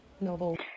novel